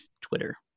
Twitter